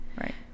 Right